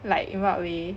like in what way